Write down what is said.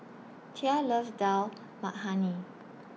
Tia loves Dal Makhani